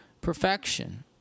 Perfection